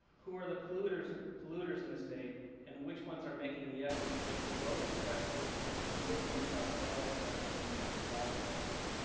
who are the polluters and polluters in the state and which ones are making the effort to get below the threshold and which ones are above the threshold and have to buy credits.